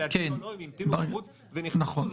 לתמוך או לא אחרי שהמתינו בחוץ ונכנסו ברגע האחרון?